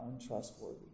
untrustworthy